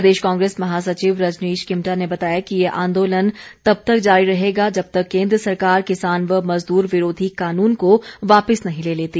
प्रदेश कांग्रेस महासचिव रजनीश किमटा ने बताया कि ये आंदोलन तब तक जारी रहेगा जब तक केन्द्र सरकार किसान व मज़दूर विरोधी कानून को वापिस नहीं ले लेती